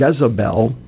Jezebel